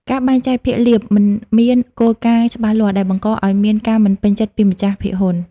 ការបែងចែកភាគលាភ មិនមានគោលការណ៍ច្បាស់លាស់ ដែលបង្កឱ្យមានការមិនពេញចិត្តពីម្ចាស់ភាគហ៊ុន។